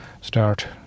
start